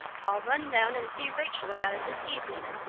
i'll run down and see rachel about it this evening,